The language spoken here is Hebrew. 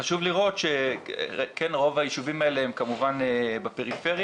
חשוב לראות שרוב היישובים האלה הם כמובן בפריפריה.